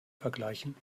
vergleichen